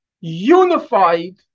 unified